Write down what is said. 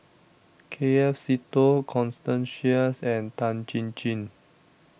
K F Seetoh Constance Sheares and Tan Chin Chin